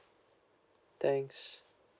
thanks